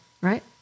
right